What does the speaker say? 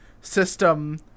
system